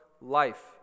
Life